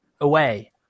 away